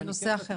זה נושא אחר.